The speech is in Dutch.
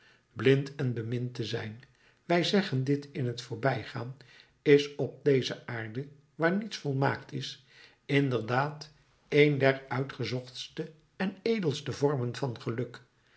blind en bemind te zijn wij zeggen dit in t voorbijgaan is op deze aarde waar niets volmaakt is inderdaad een der uitgezochtste en edelste vormen van het geluk